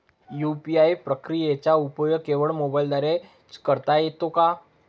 UPI प्रक्रियेचा उपयोग केवळ मोबाईलद्वारे च करता येतो का?